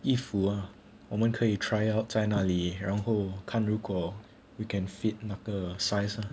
衣服啊我们可以 try out 在那里然后 can 如果 we can fit 那个 size lah